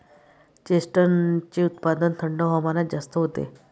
चेस्टनटचे उत्पादन थंड हवामानात जास्त होते